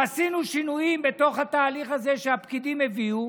ועשינו שינויים בתוך התהליך הזה שהפקידים הביאו,